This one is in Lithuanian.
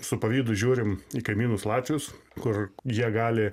su pavydu žiūrim į kaimynus latvius kur jie gali